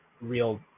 real